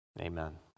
Amen